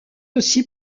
aussi